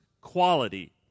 quality